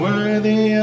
Worthy